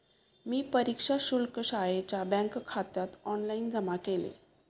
मी परीक्षा शुल्क शाळेच्या बँकखात्यात ऑनलाइन जमा केले